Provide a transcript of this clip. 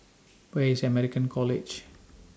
Where IS American College